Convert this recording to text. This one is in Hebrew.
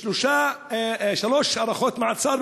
שלוש הארכות מעצר,